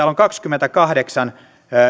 on kaksikymmentäkahdeksan